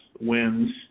wins